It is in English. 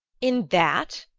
in that?